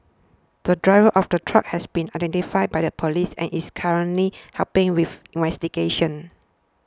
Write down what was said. the driver of the truck has been identified by the police and is currently helping with investigations